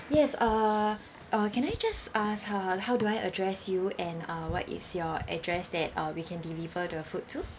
yes err uh can I just ask uh how do I address you and uh what is your address that uh we can deliver the food to